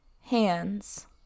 hands